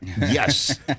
Yes